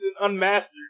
unmastered